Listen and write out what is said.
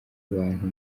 abantu